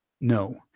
No